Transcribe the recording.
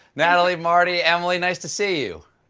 natalie, martie, emily, nice to see you.